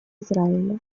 израиля